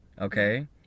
okay